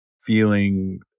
feeling